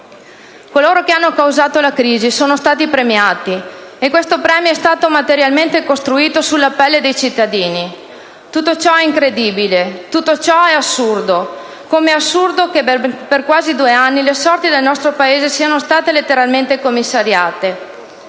Coloro che hanno causato la crisi sono stati premiati e questo premio è stato materialmente costruito sulla pelle dei cittadini. Tutto ciò è incredibile; tutto ciò è assurdo, come è assurdo che per quasi due anni le sorti del nostro Paese siano state letteralmente commissariate: